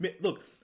look